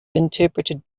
interpreted